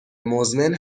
مزمن